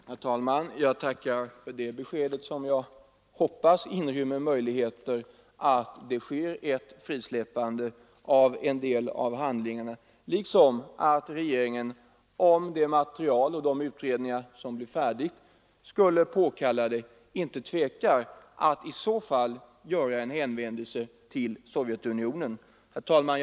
Herr talman! Jag tackar för de beskeden som jag hoppas inrymmer möjligheter att det sker ett frisläppande av en del av handlingarna, liksom att regeringen, om det material och de utredningar som blir färdiga skulle påkalla det, inte tvekar att göra en hänvändelse till Sovjetunionen. Herr talman!